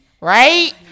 right